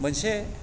मोनसे